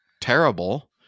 terrible